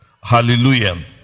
Hallelujah